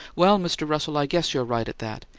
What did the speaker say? well, mr. russell, i guess you're right, at that.